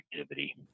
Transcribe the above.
activity